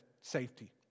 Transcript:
safety